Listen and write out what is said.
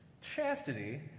Chastity